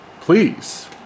please